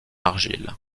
argile